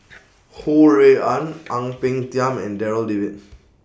Ho Rui An Ang Peng Tiam and Darryl David